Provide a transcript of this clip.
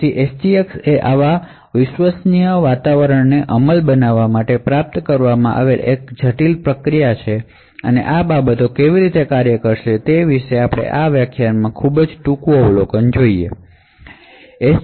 SGX એ આ trusted execution environment ને પ્રાપ્ત કરવા માટે એક તદ્દન જટિલ પદ્ધતિ છે અને આ બાબતો કેવી રીતે કાર્ય કરશે તે વિશે આપણે આ વ્યાખ્યાનમાં ખૂબ જ ટૂંકું અવલોકન જોશું